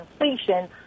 inflation